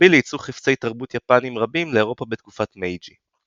במקביל לייצוא חפצי תרבות יפניים רבים לאירופה בתקופת מייג'י.